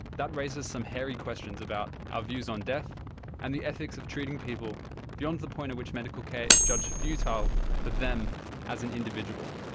that raises some hairy questions about our views on death and the ethics of treating people beyond the point at which medical care is judged futile for them as an individual.